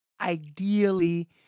ideally